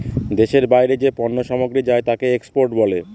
দেশের বাইরে যে পণ্য সামগ্রী যায় তাকে এক্সপোর্ট বলে